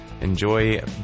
Enjoy